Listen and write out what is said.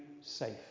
safe